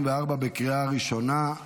התשפ"ד 2024, בקריאה ראשונה.